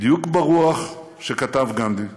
בדיוק ברוח שכתב גנדי,